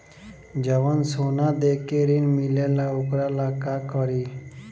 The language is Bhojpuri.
जवन सोना दे के ऋण मिलेला वोकरा ला का करी?